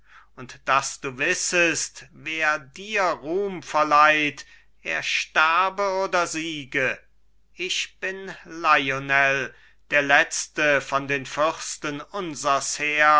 und daß du wissest wer dir ruhm verleiht er sterbe oder siege ich bin lionel der letzte von den fürsten